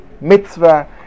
mitzvah